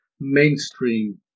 mainstream